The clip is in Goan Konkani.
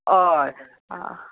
हय